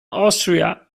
austria